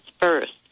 first